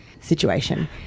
situation